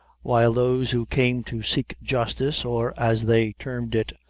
while those who came to seek justice, or, as they termed it,